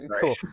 cool